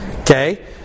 Okay